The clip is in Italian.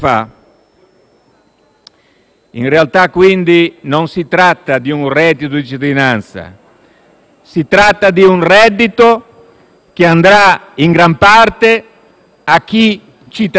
In realtà, quindi, non si tratta di un reddito di cittadinanza, ma di un reddito che andrà in gran parte a chi cittadino non è.